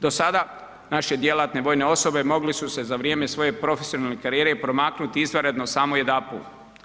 Do sada naše djelatne vojne osobe mogle su se za vrijeme svoje profesionalne karijere promaknuti izvanredno samo jedanput.